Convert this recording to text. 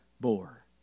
bore